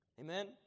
Amen